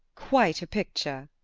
quite a picture!